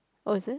oh is it